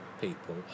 people